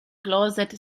closet